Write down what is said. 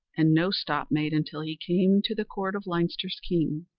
and no stop made until he came to the court of leinster's king,